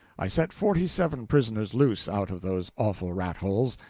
i set forty-seven prisoners loose out of those awful rat-holes,